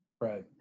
Right